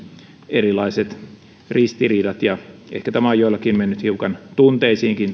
erilaiset ristiriidat ja ehkä tämä asia on joillakin mennyt hiukan tunteisiinkin